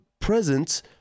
Presence